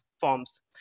forms